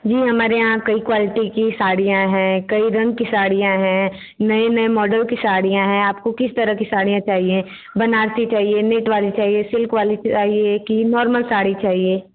जी हमारे यहाँ कई क्वालिटी की साड़ियाँ हैं कई रंग की साड़ियाँ हैं नए नए मॉडल की साड़ियाँ हैं आपको किस तरह की साड़ियाँ चाहिए बनारसी चाहिए नेट वाली चाहिए सिल्क वाली चाहिए कि नॉर्मल साड़ी चाहिए